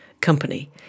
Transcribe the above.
company